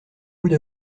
boule